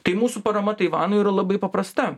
tai mūsų parama taivanui yra labai paprasta